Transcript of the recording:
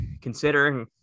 considering